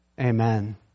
Amen